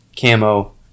camo